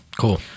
cool